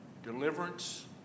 Deliverance